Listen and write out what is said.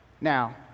Now